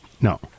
No